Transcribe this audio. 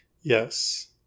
Yes